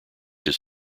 his